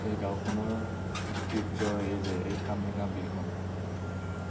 এই গাওঁখনৰ ঐতিহ্য এই যে এই খামৰেঙা বিলখন